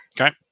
Okay